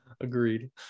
Agreed